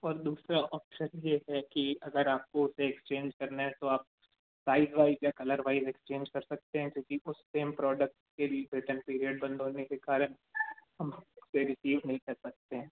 और दूसरा ऑप्शन यह है कि अगर आपको उसे एक्सचेंज करना है तो आप साइज़ वाइज़ या कलर वाइज़ एक्सचेंज कर सकते हैं क्योंकि उस पर हम प्रोडक्ट के रिटर्न पीरियड बंद होने के कारण हम उसे रिसीव नहीं कर सकते हैं